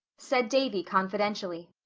said davy confidentially.